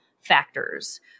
factors